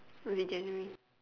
must be january